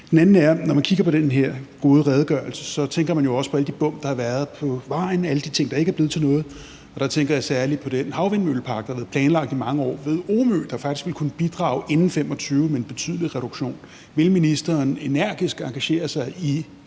Det andet er, at man, når man kigger på den her gode redegørelse, også tænker på de bump, der har været på vejen, og alle de ting, der ikke er blevet til noget. Og der tænker jeg særlig på den havvindmøllepark, der har været planlagt i mange år ved Omø, og som faktisk vil kunne bidrage med en betydelig reduktion inden 2025. Vil ministeren energisk engagere sig i